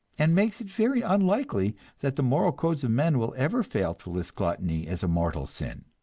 and makes it very unlikely that the moral codes of men will ever fail to list gluttony as a mortal sin.